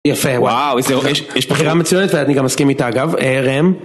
יפה וואו, יש בחירה מצוינת ואני גם אסכים איתה אגב,